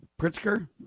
Pritzker